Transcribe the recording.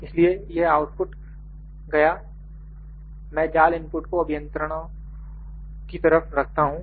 इसलिए यह आउटपुट गया मैं जाल इनपुट को अभियंत्रणओं की तरफ रखता हूं